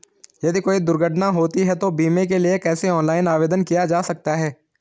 यदि कोई दुर्घटना होती है तो बीमे के लिए कैसे ऑनलाइन आवेदन किया जा सकता है?